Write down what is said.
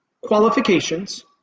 qualifications